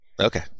Okay